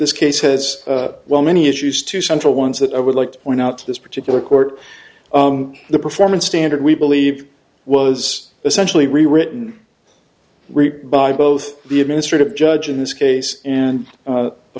this case has well many issues to central ones that i would like to point out this particular court the performance standard we believe was essentially rewritten by both the administrative judge in this case and